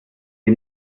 sie